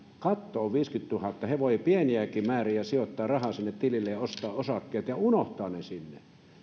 katto on viisikymmentätuhatta he voivat pieniäkin määriä sijoittaa rahaa sinne tilille ja ostaa osakkeita ja unohtaa ne sinne